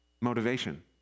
Motivation